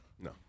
No